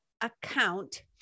account